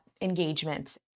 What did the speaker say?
engagement